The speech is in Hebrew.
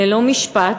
ללא משפט,